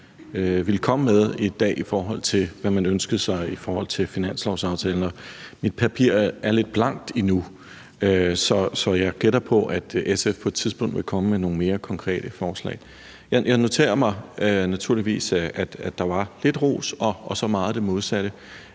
ville komme med i dag, i forhold til hvad man ønskede sig i forhold til finanslovsaftalen, og mit papir er lidt blankt nu. Så jeg gætter på, at SF på et tidspunkt vil komme med nogle mere konkrete forslag. Jeg noterer mig naturligvis, at der var lidt ros og meget af det modsatte.